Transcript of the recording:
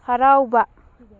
ꯍꯔꯥꯎꯕ